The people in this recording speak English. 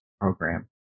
program